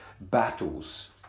battles